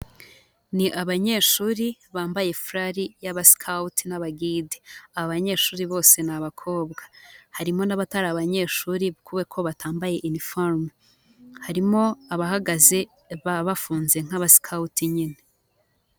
Ni abanyeshuri bambaye furari y'abasakawuti n'abagide, aba banyeshuri bose ni abakobwa, harimo n'abatari abanyeshuri kubera ko batamba yunifomo, harimo abahagaze baba bafunze nk'abasikawuti nyine.